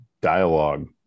dialogue